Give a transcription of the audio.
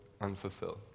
unfulfilled